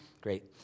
great